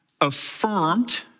affirmed